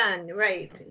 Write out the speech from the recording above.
right